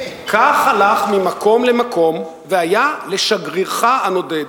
כך הלך ממקום למקום והיה לשגרירך הנודד.